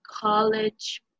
college